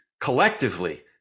collectively